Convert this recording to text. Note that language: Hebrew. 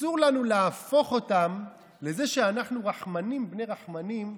זה שאנחנו רחמנים בני רחמנים,